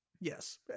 Yes